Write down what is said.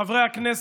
חברי הכנסת,